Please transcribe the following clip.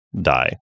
die